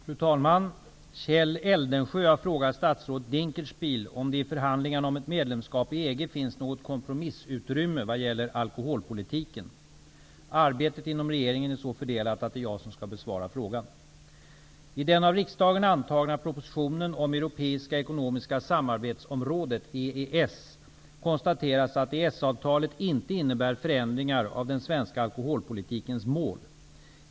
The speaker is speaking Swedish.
Fru talman! Kjell Eldensjö har frågat statsrådet Dinkelspiel om det i förhandlingarna om ett medlemskap i EG finns något kompromissutrymme vad gäller alkoholpolitiken. Arbetet inom regeringen är så fördelat att det är jag som skall besvara frågan. Europeiska ekonomiska samarbetsområdet , konstateras att EES-avtalet inte innebär förändringar av den svenska alkoholpolitikens mål.